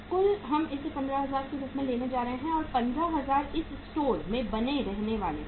कुल हम इसे 15000 के रूप में लेने जा रहे हैं और 15000 इस स्टोर में बने रहने वाले हैं